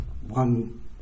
one